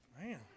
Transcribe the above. Man